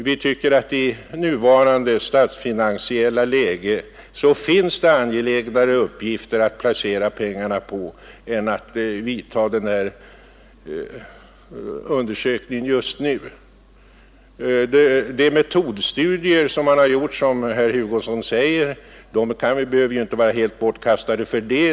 Vi tycker att i nuvarande statsfinansiella läge finns det angelägnare uppgifter att placera pengarna på än att vidta den här undersökningen just nu. De metodstudier som man har gjort, och som herr Hugosson nämner, behöver inte vara helt bortkastade för det.